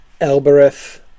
Elbereth